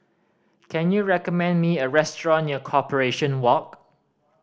can you recommend me a restaurant near Corporation Walk